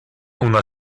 una